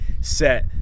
set